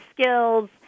skills